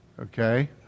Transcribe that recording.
Okay